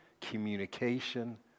communication